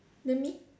then me